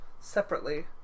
Separately